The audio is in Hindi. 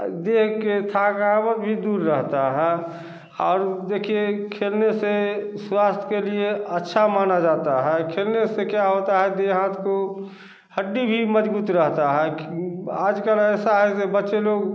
दिन की थकावट भी दूर जाता है और देखिए खेलने से स्वास्थ्य के लिए अच्छा माना जाता है खेलने से क्या होता है कि देह हाथ को हड्डी भी मज़बूत रहता है आजकल ऐसा है जो बच्चे लोग